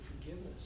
forgiveness